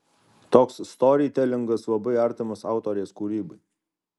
toks storytelingas labai artimas autorės kūrybai